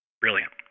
Brilliant